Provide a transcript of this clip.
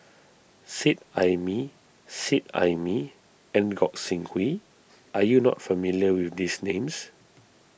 Seet Ai Mee Seet Ai Mee and Gog Sing Hooi are you not familiar with these names